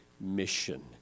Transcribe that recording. mission